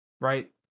Right